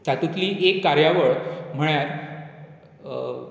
तातूंतली एक कार्यावळ म्हळ्यार